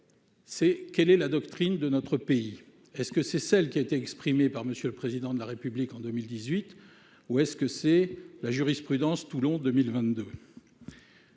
: quelle est la doctrine de notre pays ? Est-ce celle qui a été exprimée par M. le Président de la République en 2018 ou est-ce celle de la jurisprudence Toulon 2022 ?